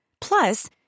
Plus